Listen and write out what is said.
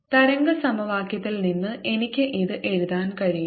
തരംഗ സമവാക്യത്തിൽ നിന്ന് എനിക്ക് ഇത് എഴുതാൻ കഴിയും